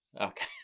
Okay